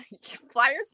Flyers